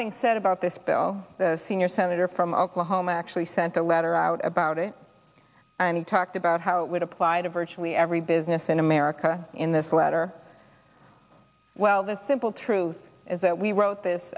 things said about this bill the senior senator from oklahoma actually sent a letter out about it and talked about how it would apply to virtually every business in america in this letter well the simple truth is that we wrote this